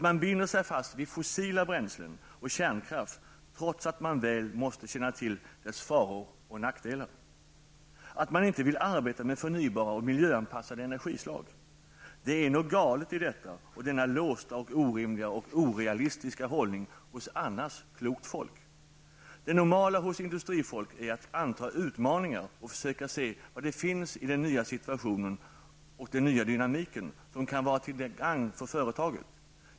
Man binder sig vid fossila bränslen och kärnkraft trots att man väl måste känna till dess faror och nackdelar. Man vill inte arbeta med förnybara och miljöanpassade energislag. Det är något galet i detta, i denna låsta, orimliga och orealistiska hållning hos annars klokt folk. Det normala hos industrifolk är att anta utmaningar och försöka se vad det finns i den nya situationen och den nya dynamiken som kan vara till gagn för företaget.